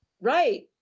Right